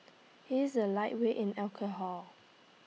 he is A lightweight in alcohol